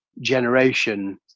generation